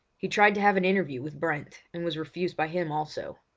he tried to have an interview with brent and was refused by him also.